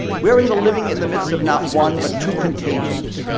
we are in the living in the midst of not one, but two contagions.